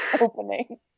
opening